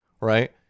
right